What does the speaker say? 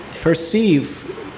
perceive